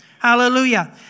Hallelujah